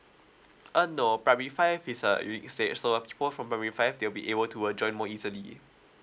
uh no primary five is a unique stayed so uh for from primary five they'll be able to uh join more easily